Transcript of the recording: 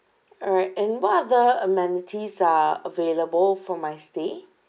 alright and what other amenities are available for my stay